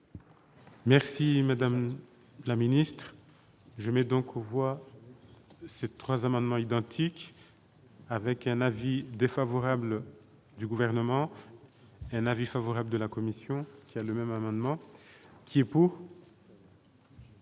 Merci madame la Ministre je mets donc on voit ces 3 amendements identiques avec un avis défavorable du gouvernement, un avis favorable de la commission, le même amendement qui est pour.